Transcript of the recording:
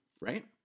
right